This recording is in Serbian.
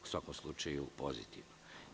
U svakom slučaju, pozitivno.